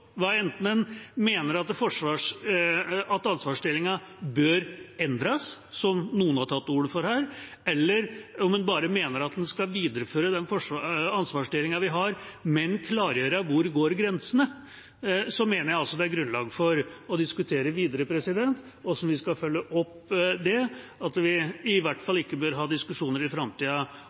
hva enten en mener at ansvarsdelingen bør endres, som noen her har tatt til orde for, eller om en bare mener at en skal videreføre den ansvarsdelingen vi har, men klargjøre hvor grensene går, mener jeg at det er grunnlag for å diskutere videre hvordan vi skal følge det opp, og at vi i framtida i hvert fall ikke bør ha diskusjoner